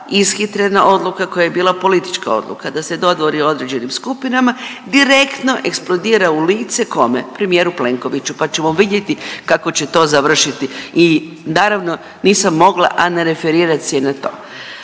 ishitrena odluka koja je bila politička odluka da se dodvori određenim skupinama direktno eksplodira u lice. Kome? Premijeru Plenkoviću pa ćemo vidjeti kako će to završiti i naravno nisam mogla, a ne referirat se i na to.